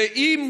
ואם